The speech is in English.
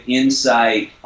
insight